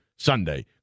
Sunday